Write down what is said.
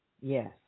Yes